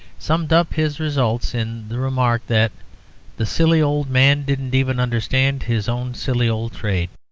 summed up his results in the remark that the silly old man didn't even understand his own silly old trade